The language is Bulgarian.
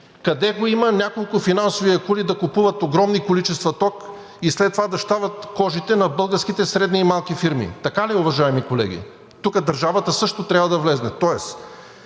Къде го има няколко финансови акули да купуват огромни количества ток и след това да щавят кожите на българските малки и средни фирми? Така ли е, уважаеми колеги? Тук държавата също трябва да влезе.